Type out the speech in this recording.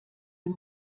ihm